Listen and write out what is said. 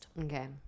Okay